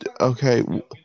Okay